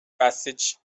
passage